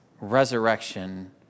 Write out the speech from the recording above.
resurrection